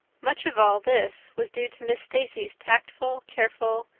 much of all this was due to miss stacy's tactful, careful,